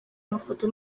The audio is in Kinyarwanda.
mafoto